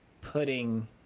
putting